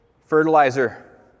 fertilizer